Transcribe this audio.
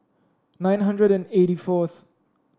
nine hundred and eighty fourth